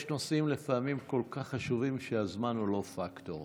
יש לפעמים נושאים כל כך חשובים שהזמן הוא לא פקטור.